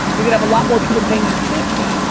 you're gonna have a lot more people paying you fifty,